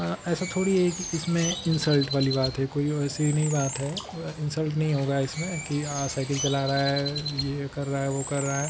ऐसे थोड़ी है कि इसमें इंसल्ट वाली बात है कोई वैसी नहीं बात है इंसल्ट नहीं होगा इसमें की साइकिल चला रहा है ये कर रहा है वो कर रहा है